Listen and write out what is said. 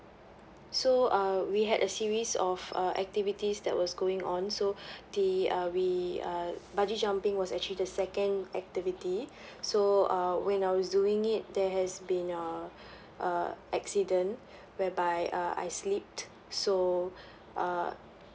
so uh we had a series of uh activities that was going on so the uh we uh bungee jumping was actually the second activity so uh when I was doing it there has been uh uh accident whereby uh I slipped so uh